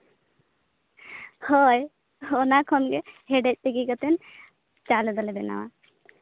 ᱦᱳᱭ ᱚᱱᱟ ᱠᱷᱚᱱᱜᱮ ᱦᱮᱰᱮᱡ ᱛᱤᱠᱤ ᱠᱟᱛᱮᱫ ᱪᱟᱣᱞᱮ ᱫᱚᱞᱮ ᱵᱮᱱᱟᱣᱟ